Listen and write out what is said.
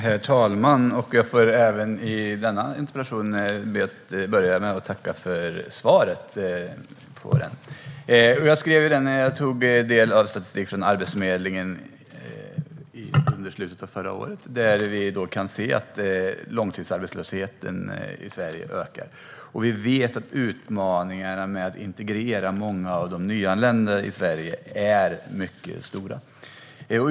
Herr talman! Jag får även i denna debatt börja med att tacka för svaret på min interpellation. Jag skrev den när jag tog del av statistik från Arbetsförmedlingen under slutet av förra året, där vi kunde se att långtidsarbetslösheten i Sverige ökar. Vi vet att utmaningarna med att integrera många av de nyanlända i Sverige är mycket stora.